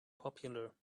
popular